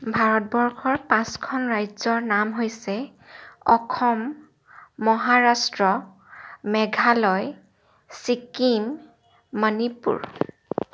ভাৰতবৰ্ষৰ পাঁচখন ৰাজ্যৰ নাম হৈছে অসম মহাৰাষ্ট্ৰ মেঘালয় চিক্কিম মণিপুৰ